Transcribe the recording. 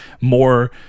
more